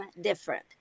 different